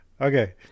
Okay